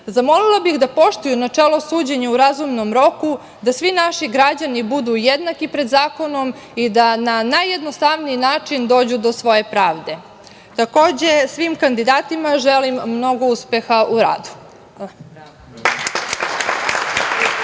zamolila bih da poštuju načelo suđenja u razumnom roku, da svi naši građani budu jednaki pred zakonom i da najjednostavniji način dođu do svoje pravde. Takođe, svim kandidatima želim mnogo uspeha u radu.